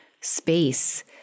space